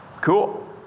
cool